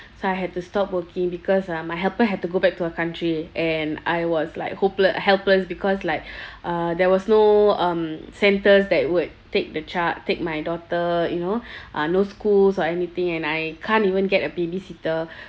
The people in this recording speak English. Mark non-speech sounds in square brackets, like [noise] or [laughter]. so I had to stop working because uh my helper had to go back to her country and I was like hopeless helpless because like [breath] uh there was no um centres that would take the child take my daughter you know [breath] uh no schools or anything and I can't even get a babysitter [breath]